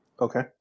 okay